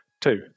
Two